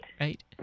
Right